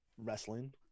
wrestling